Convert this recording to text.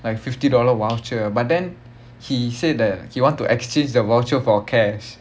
like fifty dollar voucher but then he said that he want to exchange the voucher for cash